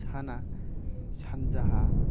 साना सानजाहा